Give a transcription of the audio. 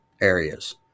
areas